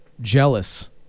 jealous